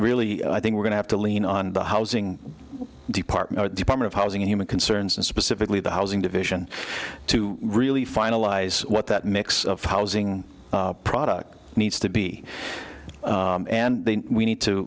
really i think we're going to have to lean on the housing department the department of housing and human concerns and specifically the housing division to really finalize what that mix of housing product needs to be and then we need to